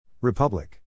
Republic